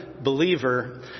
believer